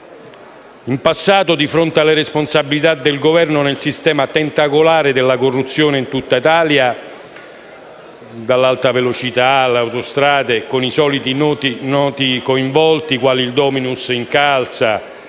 In passato, di fronte alle responsabilità del Governo nel sistema tentacolare della corruzione in tutta Italia, dall'alta velocità alle autostrade (con i soliti noti coinvolti, quali il *dominus* Incalza,